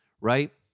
right